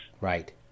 Right